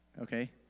okay